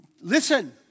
listen